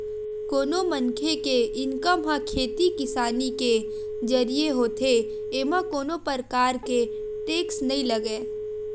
कोनो मनखे के इनकम ह खेती किसानी के जरिए होथे एमा कोनो परकार के टेक्स नइ लगय